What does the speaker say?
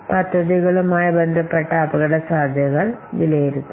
പദ്ധതികളുമായി ബന്ധപ്പെട്ട അപകടസാധ്യതകൾ വിലയിരുത്തുന്നു